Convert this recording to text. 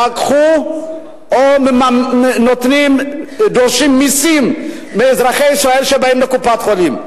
לקחו או דורשים מסים מאזרחי ישראל שבאים לקופת-חולים,